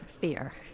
fear